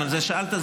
אם שאלת,